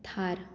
Thar